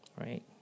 right